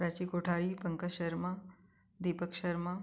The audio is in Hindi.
प्राची कोठारी पंकज शर्मा दीपक शर्मा